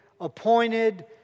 appointed